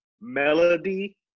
Melody